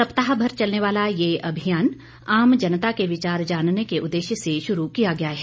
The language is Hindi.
सप्ताह भर चलने वाला यह अभियान आम जनता के विचार जानने के उद्देश्य से शुरू किया गया है